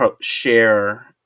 share